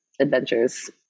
adventures